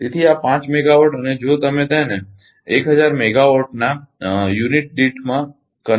તેથી આ 5 મેગાવાટ અને જો તમે તેને 1000 મેગાવાટ ના યુનિટ દીઠ માં કન્વર્ટફેરફાર કરો